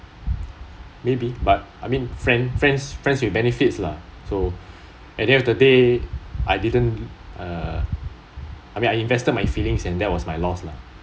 maybe but I mean friends friends friends with benefits lah so at the end of the day I didn't uh I mean I invested my feelings and that was my loss lah